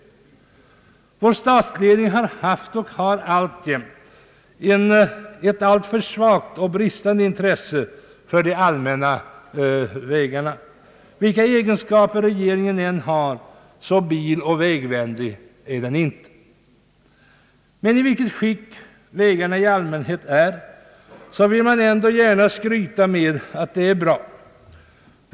Vår statsledning har haft och har alltjämt alltför svagt och bristande intresse för de allmänna vägarna. Vilka egenskaper regeringen än har: biloch vägvänlig är den inte. Trots det skick vägarna i allmänhet är i, vill man ändå gärna skryta med att det är bra.